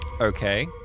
Okay